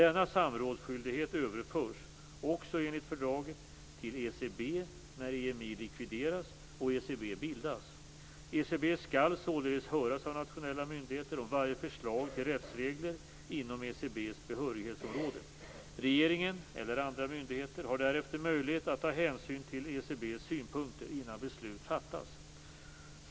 Denna samrådsskyldighet överförs, också enligt fördraget, till ECB när EMI likvideras och ECB bildas. ECB skall således höras av nationella myndigheter om varje förslag till rättsregler inom ECB:s behörighetsområde. Regeringen, eller andra myndigheter, har därefter möjlighet att ta hänsyn till ECB:s synpunkter innan beslut fattas.